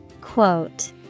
Quote